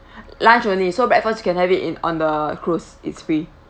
lunch only so breakfast can have it in on the cruise is free